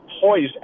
poised